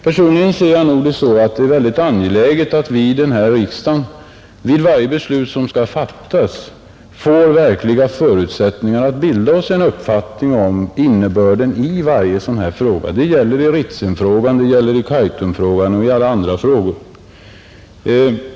Personligen ser jag det nog så att det är väldigt angeläget att vi i denna riksdag vid varje beslut som skall fattas får verkliga förutsättningar att bilda oss en uppfattning om innebörden i varje sådan här fråga. Det gäller i Ritsemfrågan, det gäller i Kaitumfrågan, och det gäller i alla andra frågor.